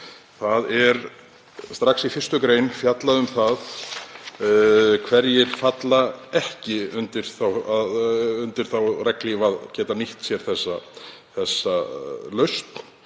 Það er strax í 1. gr. fjallað um það hverjir falla ekki undir þá regnhlíf að geta nýtt sér þessa lausn